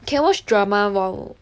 can watch drama while